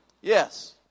Yes